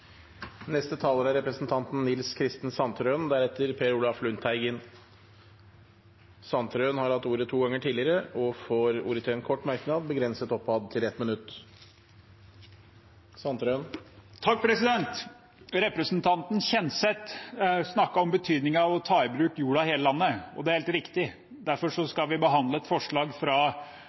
Representanten Nils Kristen Sandtrøen har hatt ordet to ganger tidligere og får ordet til en kort merknad, begrenset til 1 minutt. Representanten Ketil Kjenseth snakket om betydningen av å ta i bruk jorda i hele landet. Det er helt riktig, og derfor skal vi senere i dag behandle et forslag